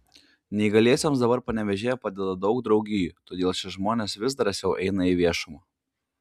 neįgaliesiems dabar panevėžyje padeda daug draugijų todėl šie žmonės vis drąsiau eina į viešumą